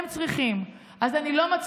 אני מבקרת שם כל הזמן, כן.